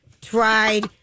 tried